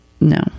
No